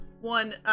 one